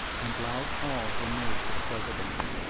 and loud calls were made for the president.